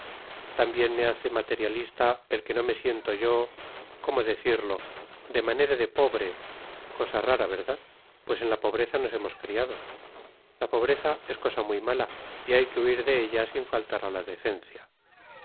también me hace materialista el que no me siento yo cómo decirlo de manera de pobre cosa rara verdad pues en la pobreza nos hemos criado la pobreza es cosa muy mala y hay que huir de ella sin faltar a la decencia